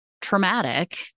traumatic